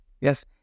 Yes